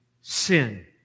sin